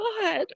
God